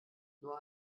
nur